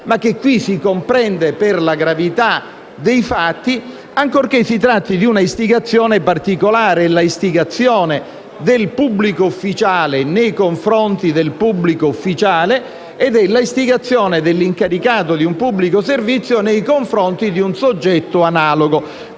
ma che qui si comprende per la gravità dei fatti, ancorché si tratti di una istigazione particolare: quella del pubblico ufficiale nei confronti del pubblico ufficiale e dell'istigazione dell'incaricato di un pubblico servizio nei confronti di un soggetto analogo.